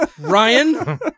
ryan